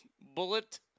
bullet